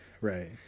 Right